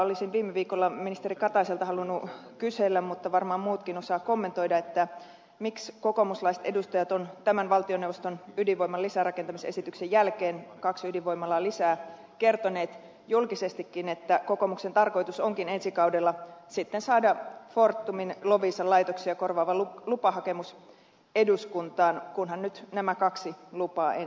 olisin viime viikolla ministeri kataiselta halunnut kysellä mutta varmaan muutkin osaavat kommentoida miksi kokoomuslaiset edustajat ovat tämän valtioneuvoston ydinvoiman lisärakentamisesityksen jälkeen kaksi ydinvoimalaa lisää kertoneet julkisestikin että kokoomuksen tarkoitus onkin ensi kaudella sitten saada fortumin loviisan laitoksia korvaava lupahakemus eduskuntaan kunhan nämä kaksi lupaa ensin saadaan